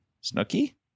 Snooky